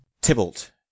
Tybalt